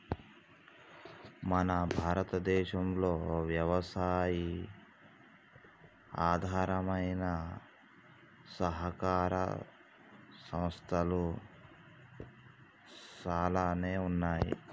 మన భారతదేసంలో యవసాయి ఆధారమైన సహకార సంస్థలు సాలానే ఉన్నాయి